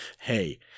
hey